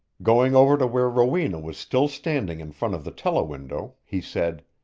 going over to where rowena was still standing in front of the telewindow, he said,